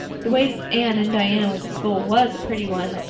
the way anne and diana went to school was a pretty one.